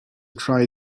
try